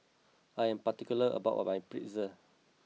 I am particular about my Pretzel